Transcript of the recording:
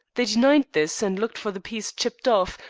they denied this, and looked for the piece chipped off,